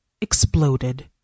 exploded